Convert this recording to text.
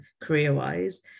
career-wise